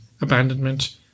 Abandonment